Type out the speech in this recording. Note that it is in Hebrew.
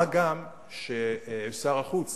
מה גם ששר החוץ